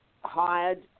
hired